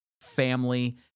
Family